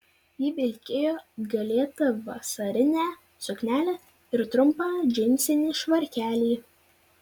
ji vilkėjo gėlėtą vasarinę suknelę ir trumpą džinsinį švarkelį